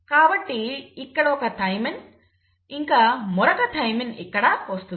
కాబట్టి ఇక్కడ ఒక థైమిన్ ఇంకా మరొక థైమిన్ ఇక్కడ వస్తుంది